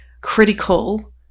critical